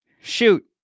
shoot